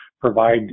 provide